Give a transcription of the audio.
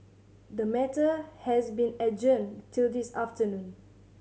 the matter has been adjourned till this afternoon